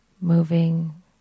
moving